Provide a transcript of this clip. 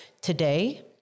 today